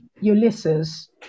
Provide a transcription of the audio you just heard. ulysses